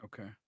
okay